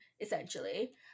essentially